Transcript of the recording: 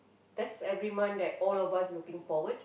that's every month that all of us looking forward